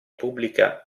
pubblica